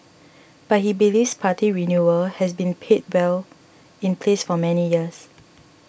but he believes party renewal has been paid well in place for many years